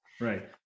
Right